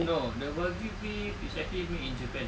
no the wagyu beef is actually made in japan